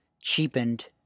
cheapened